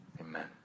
Amen